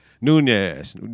Nunez